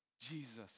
Jesus